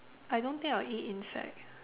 I don't think I'll eat insect